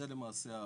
זה למעשה הפערים.